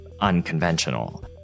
unconventional